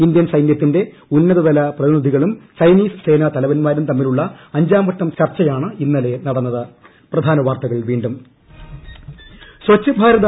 Indian സൈന്യത്തിന്റെ ഉന്നതതല പ്രതിനിധികളും ചൈനീസ് സേനാ തലവന്മാരും തമ്മിലുള്ള അഞ്ചാംവട്ട ചർച്ചയാണ് ഇന്നലെ നടന്നത്